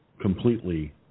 completely